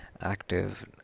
active